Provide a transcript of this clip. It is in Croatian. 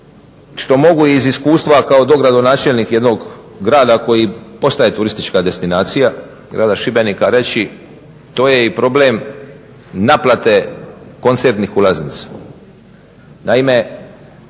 što mogu iz iskustva kao dogradonačelnik jednog grada koji postaje turistička destinacija, Grada Šibenika, reći to je i problem naplate koncertnih ulaznica. Naime,